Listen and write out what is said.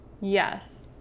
Yes